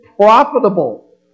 profitable